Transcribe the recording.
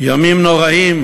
ימים נוראים,